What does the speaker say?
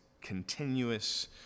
continuous